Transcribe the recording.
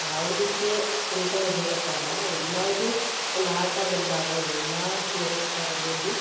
ಯಾವುದಕ್ಕೆ ಅಂತ ಹೇಳಕ್ಕಾಗಲ್ಲ ಎಲ್ಲಾದು ಒಂದು ಆಟ ಬಂದಾಗ ಎಲ್ಲ ಥರದ್ದು